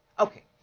okay,